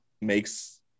makes